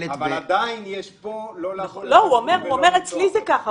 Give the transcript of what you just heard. אומר שאצלו זה ככה.